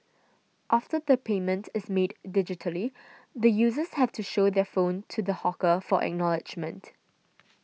after the payment is made digitally the users have to show their phone to the hawker for acknowledgement